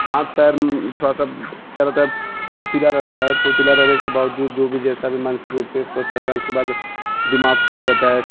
हाथ पैर थोड़ा सा क्या रहता है फुर्तीला रहता है फुर्तीला रहने के बावजूद जो भी जैसा भी मानसिक रूप से स्वस्थ रहता है उसके बाद दिमाग़ फ्रेस रहता है